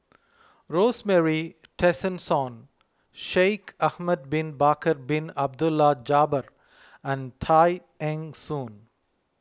Rosemary Tessensohn Shaikh Ahmad Bin Bakar Bin Abdullah Jabbar and Tay Eng Soon